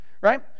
Right